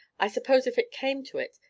i suppose if it came to it,